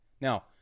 Now